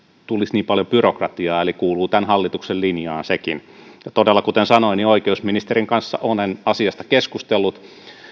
tulisi niin paljon byrokratiaa eli kuuluu tämän hallituksen linjaan sekin ja todella kuten sanoin oikeusministerin kanssa olen asiasta keskustellut